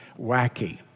wacky